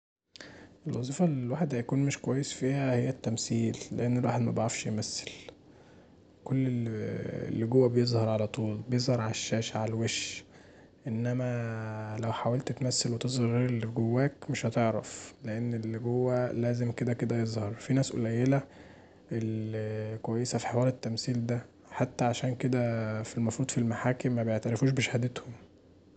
الوظيفه اللي الواحد خيكون مش كويس فيها هي التمثيل لان الواحد مبيعرفش يمثل، كل اللي حوا بيظهر علي طول، علي الشاشه علي الوش، انما لو حاولت تمثل وتظهر غير اللي جواك مش هتعرف، لان اللي حوا لازم كدا كدا يظهر، فيه ناس قليله اللي كويسه في حوار التمثيل دا، حتي عشان كدا المفروض في المحاكم مبيعترفوش بشهادتهم.